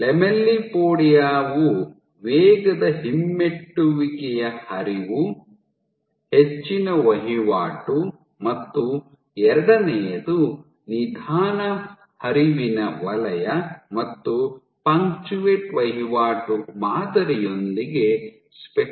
lamellipodia ವು ವೇಗದ ಹಿಮ್ಮೆಟ್ಟುವಿಕೆಯ ಹರಿವು ಹೆಚ್ಚಿನ ವಹಿವಾಟು ಮತ್ತು ಎರಡನೆಯದು ನಿಧಾನ ಹರಿವಿನ ವಲಯ ಮತ್ತು ಪಂಚುಯೇಟ್ ವಹಿವಾಟು ಮಾದರಿಯೊಂದಿಗೆ ಸ್ಪೆಕಲ್ ಗಳನ್ನು ಹೊಂದಿದೆ